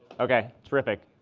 ok. terrific.